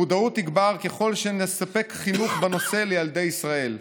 המודעות תגבר ככל שנספק חינוך בנושא לילדי ישראל,